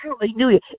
Hallelujah